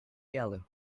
yellow